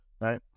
right